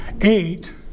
eight